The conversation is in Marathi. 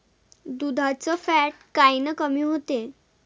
दुधाचं फॅट कायनं कमी होते?